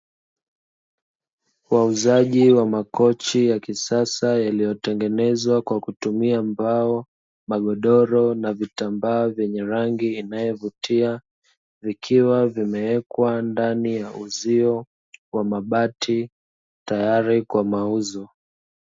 Wauzaji wa makochi ya kisasa yaliyotengenezwa kwa kutumia mbao, magodoro na vitambaa vyenye rangi inayovutia, vikiwa vimewekwa ndani ya uzio wa mabati tayari kwa mauzo.